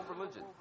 religion